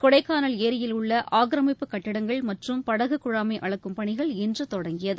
கொடைக்கானல் ஏரியில் உள்ள ஆக்கிரமிப்பு கட்டிடங்கள் மற்றும் படகு குழாம்களை அளக்கும் பணிகள் இன்று தொடங்கியது